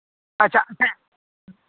ᱟᱪᱪᱷᱟ ᱦᱮᱸ